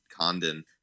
Condon